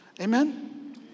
Amen